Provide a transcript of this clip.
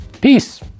Peace